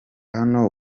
hano